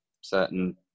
certain